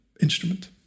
instrument